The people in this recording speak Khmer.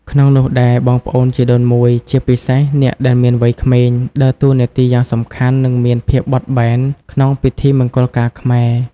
ក្នុងនោះដែរ បងប្អូនជីដូនមួយ ជាពិសេសអ្នកដែលមានវ័យក្មេង ដើរតួនាទីយ៉ាងសំខាន់ និងមានភាពបត់បែនក្នុងពិធីមង្គលការខ្មែរ។